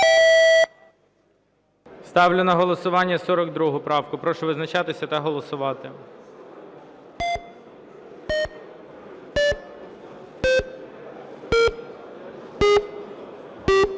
Ставлю на голосування 43 правку. Прошу визначатися та голосувати.